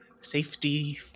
safety